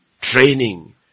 training